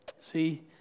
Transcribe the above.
See